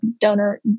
donor